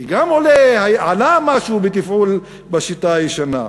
כי גם עלה משהו התפעול בשיטה הישנה.